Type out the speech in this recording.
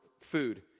food